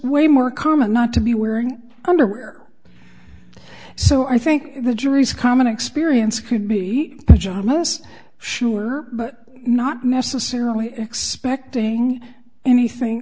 way more common not to be wearing underwear so i think the jury's common experience could be most sure but not necessarily expecting anything